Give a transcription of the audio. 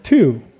Two